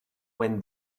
when